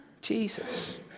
Jesus